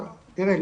תראה,